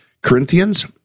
Corinthians